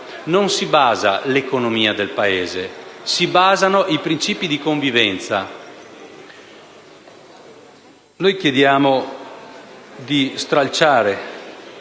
non si basa l'economia del Paese, ma si basano i principi di convivenza.